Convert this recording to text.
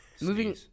Moving